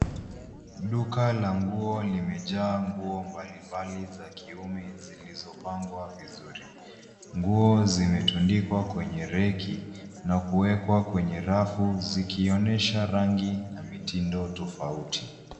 Duka la nguo limejaa nguo mbalimbali za kiume zilizopangwa vizuri. Nguo zimetundikwa kwenye reki na kuwekwa kwenye rafu zikionyesha rangi na mitindo tofauti.